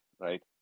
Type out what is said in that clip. right